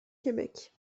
québec